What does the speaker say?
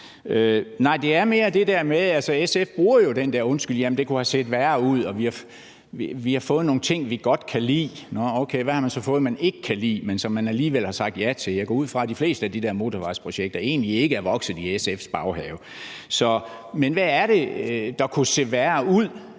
Nej, det er mere det der med, at SF bruger den der undskyldning om, at det kunne have set værre ud, og at man har fået nogle ting igennem, man godt kan lide. Okay, hvad har man så fået, man ikke kan lide, men som man alligevel har sagt ja til? Jeg går ud fra, at de fleste af de motorvejsprojekter ikke er vokset i SF's baghave. Men hvad er det, der kunne se værre ud?